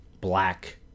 black